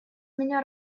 меня